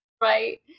Right